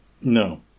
No